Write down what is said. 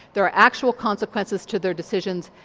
there are actual consequences to their decisions,